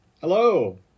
Hello